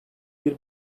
bir